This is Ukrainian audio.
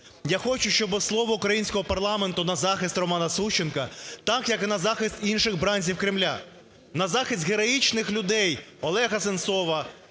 Я хочу, щоби слово українського парламенту за захист Романа Сущенка так, як на захист інших бранців Кремля, на захист героїчних людей – Олега Сенцова,